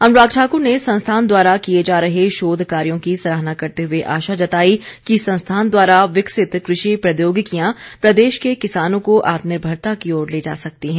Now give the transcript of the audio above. अनुराग ठाकुर ने संस्थान द्वारा किए जा रहे शोध कार्यों की सराहना करते हुए आशा जताई कि संस्थान द्वारा विकसित कृषि प्रौद्योगिकियां प्रदेश के किसानों को आत्मनिर्भता की ओर ले जा सकतीं हैं